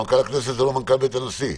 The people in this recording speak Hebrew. מנכ"ל הכנסת זה לא מנכ"ל בית הנשיא.